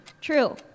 True